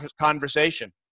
conversation